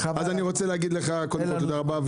אז אני רוצה להגיד לך, תודה רבה.